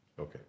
Okay